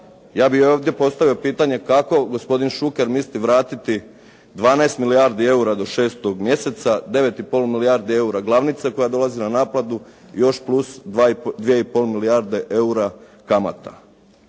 Ja bih ovdje postavio pitanje kako gospodin Šuker misli vratiti 12 milijardi eura do 6. mjeseca, 9 i pol milijardi eura glavnice koja dolazi na naplatu, još plus 2 i pol milijarde eura kamata?